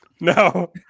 No